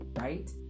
right